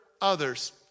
others